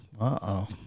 Uh-oh